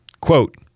Quote